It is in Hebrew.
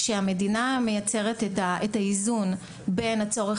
כשהמדינה מייצרת את האיזון בין הצורך